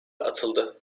atıldı